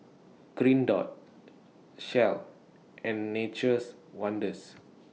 Green Dot Shell and Nature's Wonders